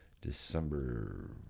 december